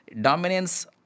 dominance